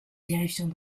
terrifiant